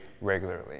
regularly